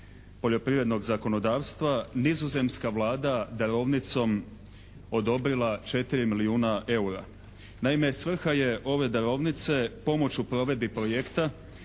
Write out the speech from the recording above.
poljoprivrednog zakonodavstva nizozemska Vlada darovnicom odobrila 4 milijuna eura. Naime svrha je ove darovnice pomoć u provedbi projekta